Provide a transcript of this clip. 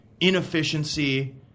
inefficiency